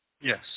Yes